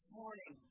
morning